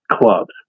clubs